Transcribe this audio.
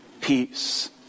peace